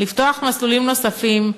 לפתוח מסלולים נוספים,